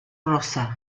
rosa